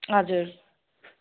हजुर